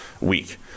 week